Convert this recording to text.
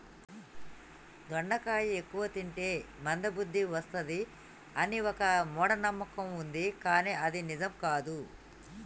దొండకాయ ఎక్కువ తింటే మంద బుద్ది వస్తది అని ఒక మూఢ నమ్మకం వుంది కానీ అది నిజం కాదు